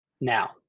Now